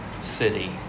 city